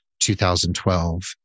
2012